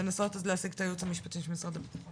לנסות אז להשיג את היועמ"ש של משרד הביטחון.